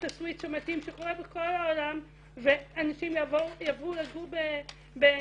הסוויץ' המתאים שקורה בכל העולם ואנשים יעברו לגור בבתים,